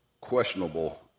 questionable